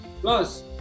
plus